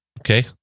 Okay